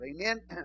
Amen